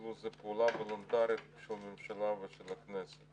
כאילו זו פעולה וולונטרית של הממשלה ושל הכנסת